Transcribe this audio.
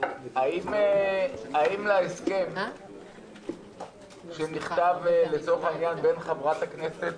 מה לנו ולהסכם שנכתב לצורך העניין בין חברת הכנסת